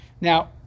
Now